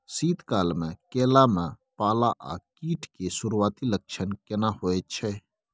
शीत काल में केला में पाला आ कीट के सुरूआती लक्षण केना हौय छै?